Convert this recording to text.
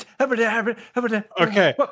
okay